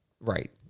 Right